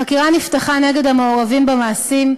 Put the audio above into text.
חקירה נפתחה נגד המעורבים במעשים,